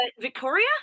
Victoria